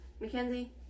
Mackenzie